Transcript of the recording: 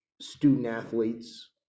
student-athletes